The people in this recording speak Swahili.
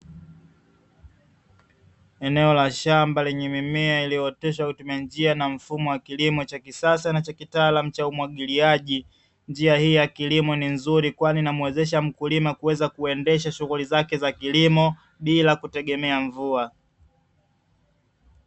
Eneo la shamba lenye mimea iliyooteshwa na mfumo wa kilimo cha kisasa na cha kitaalam cha umwagiliaji, njia hii ya kilimo ni nzuri kwani namwezesha mkulima kuweza kuendesha shughuli zake za kilimo bila kutegemea mvua.